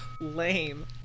Lame